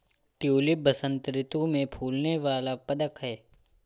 tulip बसंत ऋतु में फूलने वाला पदक है